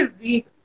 read